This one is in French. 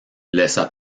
laissa